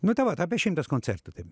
nu tai vat apie šimtas koncertų taip